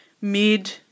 mid